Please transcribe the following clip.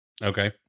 Okay